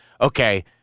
okay